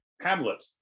hamlet